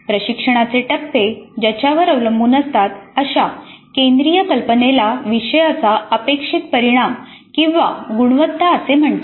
प्रशिक्षणाचे टप्पे ज्याच्यावर अवलंबून असतात अशा केंद्रीय कल्पनेला विषयाचा अपेक्षित परिणाम किंवा गुणवत्ता असे म्हणतात